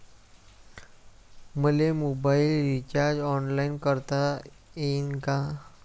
मले mobile recharge online करता येईन का?